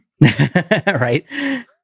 Right